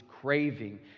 craving